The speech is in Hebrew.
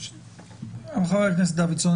חה"כ דוידסון,